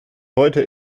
heute